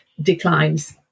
declines